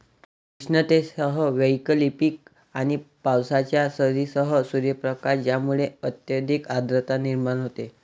उष्णतेसह वैकल्पिक आणि पावसाच्या सरींसह सूर्यप्रकाश ज्यामुळे अत्यधिक आर्द्रता निर्माण होते